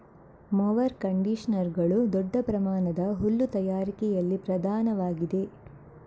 mower ಕಂಡಿಷನರುಗಳು ದೊಡ್ಡ ಪ್ರಮಾಣದ ಹುಲ್ಲು ತಯಾರಿಕೆಯಲ್ಲಿ ಪ್ರಧಾನವಾಗಿವೆ